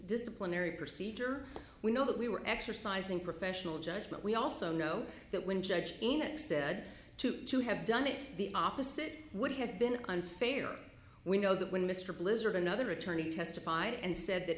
disciplinary procedure we know that we were exercising professional judgment we also know that when judge enoch said two to have done it the opposite would have been unfair we know that when mr blizzard another attorney testified and said that